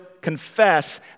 confess